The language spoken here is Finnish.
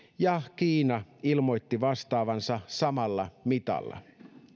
ja kiina ilmoitti vastaavansa samalla mitalla